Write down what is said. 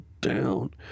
down